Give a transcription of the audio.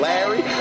Larry